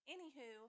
Anywho